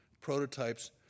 prototypes